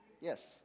Yes